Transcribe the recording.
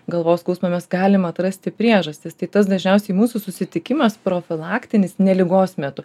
galvos skausmą mes galim atrasti priežastis tai tas dažniausiai mūsų susitikimas profilaktinis ne ligos metu